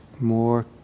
more